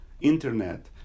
internet